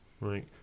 Right